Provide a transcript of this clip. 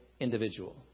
individual